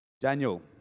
Daniel